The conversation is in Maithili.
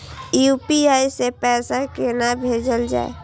यू.पी.आई सै पैसा कोना भैजल जाय?